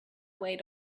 way